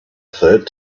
third